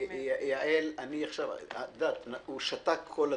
יעל, את יודעת, הוא שתק כל הדיון,